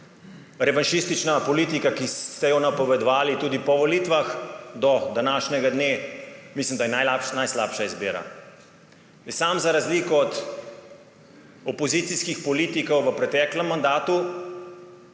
Revanšistična politika, ki ste jo napovedovali tudi po volitvah, do današnjega dne, mislim, da je najslabša izbira. Sam za razliko od opozicijskih politikov v preteklem mandatu